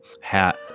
hat